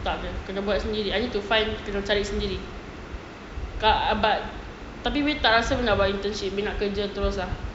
tak kena buat sendiri I need to find kena cari sendiri but tak rasa nak buat internship nak kerja terus ah